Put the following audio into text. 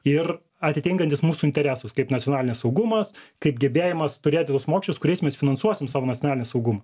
ir atitinkantys mūsų interesus kaip nacionalinis saugumas kaip gebėjimas turėti tuos mokesčius kuriais mes finansuosim savo nacionalinį saugumą